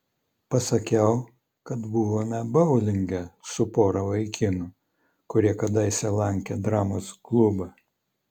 pasakiau kad buvome boulinge su pora vaikinų kurie kadaise lankė dramos klubą